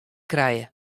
krije